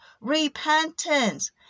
repentance